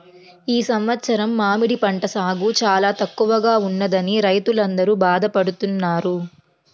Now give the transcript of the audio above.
ఈ సంవత్సరం మామిడి పంట సాగు చాలా తక్కువగా ఉన్నదని రైతులందరూ బాధ పడుతున్నారు